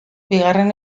bigarren